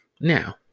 now